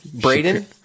Braden